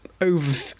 over